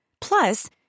Plus